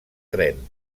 tren